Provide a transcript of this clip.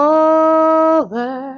over